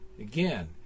again